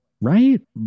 right